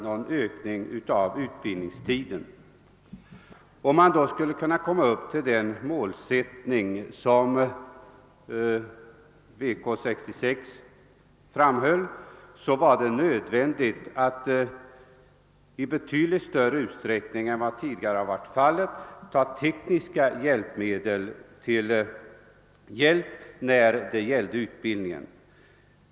Någon ökning av utbildningstiden genomfördes som bekant inte. Om man skulle kunna nå det mål som VK 66 hade uppsatt var det nödvändigt att i betydligt större utsträckning än vad som tidigare hade varit fallet använda tekniska hjälpmedel i utbildningen.